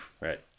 Right